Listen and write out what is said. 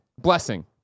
blessing